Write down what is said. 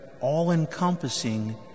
all-encompassing